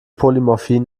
polymorphie